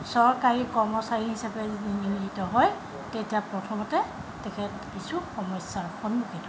চৰকাৰী কৰ্মচাৰী হিচাপে যদি নিয়োজিত হয় তেতিয়া প্ৰথমতে তেখেত কিছু সমস্যাৰ সন্মুখীন হয়